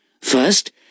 First